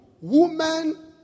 women